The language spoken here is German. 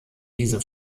diese